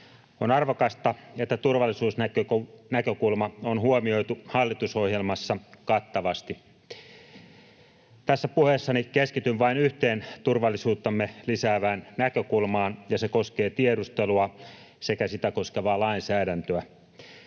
On arvokasta, että turvallisuusnäkökulma on huomioitu hallitusohjelmassa kattavasti. Tässä puheessani keskityn vain yhteen turvallisuuttamme lisäävään näkökulmaan, ja se koskee tiedustelua sekä sitä koskevaa lainsäädäntöä.